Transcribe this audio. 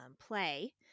play